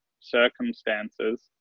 circumstances